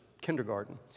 kindergarten